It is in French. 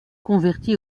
converti